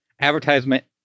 advertisement